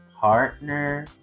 partner